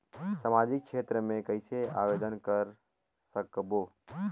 समाजिक क्षेत्र मे कइसे आवेदन कर सकबो?